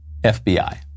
FBI